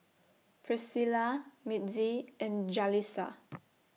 Pricilla Mitzi and Jalisa